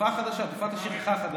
התופעה החדשה, תופעת השכחה החדשה.